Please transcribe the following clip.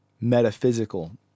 metaphysical